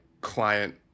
client